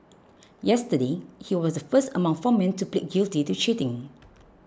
yesterday he was the first among four men to plead guilty to cheating